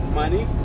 money